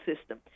system